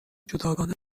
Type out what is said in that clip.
جداگانه